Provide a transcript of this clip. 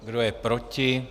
Kdo je proti?